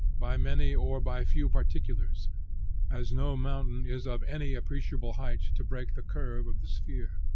by many or by few particulars as no mountain is of any appreciable height to break the curve of the sphere.